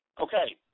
Okay